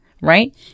right